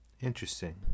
Interesting